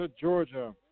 Georgia